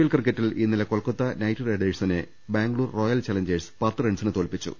L ക്രിക്കറ്റിൽ ഇന്നലെ കൊൽക്കത്ത നൈറ്റ്റൈഡേഴ്സിനെ ബാംഗ്ലൂർ റോയൽ ചലഞ്ചേഴ്സ് പത്ത് റൺസിന് തോൽപ്പിച്ചു